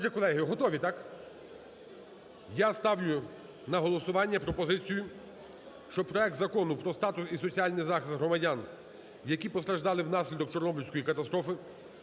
і прошу проголосувати за розгляд проекту Закону про статус і соціальний захист громадян, які постраждали внаслідок Чорнобильської катастрофи,